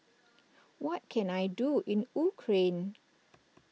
what can I do in Ukraine